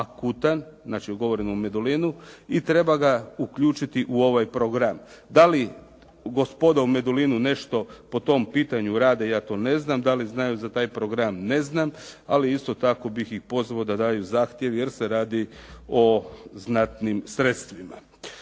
akutan, znači govorim o Medulinu i treba ga uključiti u ovaj program. Da li gospoda u Medulinu nešto po tom pitanju rade, ja to ne znam. Da li znaju za taj program, ne znam, ali isto tako bih ih pozvao da daju zahtjev jer se radi o znatnim sredstvima.